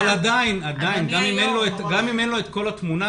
גם אם אין לה את כל התמונה,